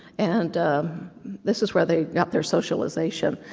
and this is where they got their socialization,